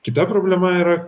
kita problema yra